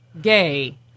gay